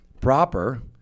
Proper